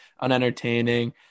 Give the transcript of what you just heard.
unentertaining